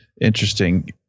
interesting